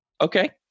Okay